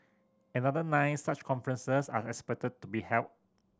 another nine such conferences are expected to be held